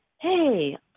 hey